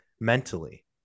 mentally